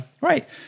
Right